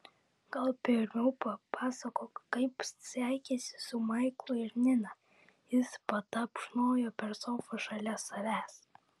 gal pirmiau papasakok kaip sekėsi su maiklu ir nina jis patapšnojo per sofą šalia savęs